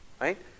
Right